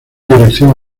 dirección